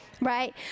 right